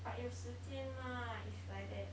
but 有时间吗 if like that